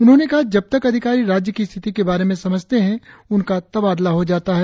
उन्होंने कहा कि जब तक अधिकारी राज्य की स्थिति के बारे में समझते है उनका तबादला हो जाता है